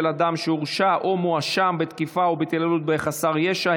אדם שהורשע או שמואשם בתקיפה או בהתעללות בחסר ישע,